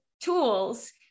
tools